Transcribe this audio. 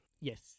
yes